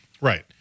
Right